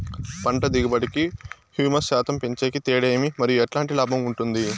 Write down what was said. పంట దిగుబడి కి, హ్యూమస్ శాతం పెంచేకి తేడా ఏమి? మరియు ఎట్లాంటి లాభం ఉంటుంది?